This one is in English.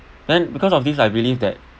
then because of this I believe that